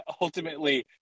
Ultimately